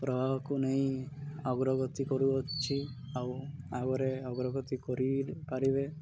ପ୍ରଭାବକୁ ନେଇ ଅଗ୍ରଗତି କରୁଅଛି ଆଉ ଆଗରେ ଅଗ୍ରଗତି କରିପାରିବେ